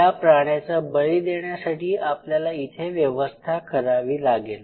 या प्राण्याचा बळी देण्यासाठी आपल्याला इथे व्यवस्था करावी लागेल